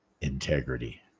Integrity